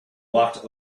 walked